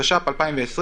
התש"ף 2020,